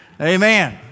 Amen